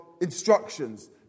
instructions